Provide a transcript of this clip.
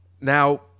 Now